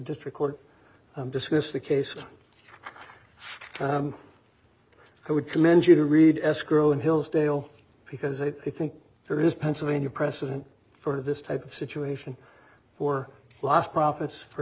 district court discuss the case i would commend you to read escrow in hillsdale because i think there is pennsylvania precedent for this type of situation for lost profits or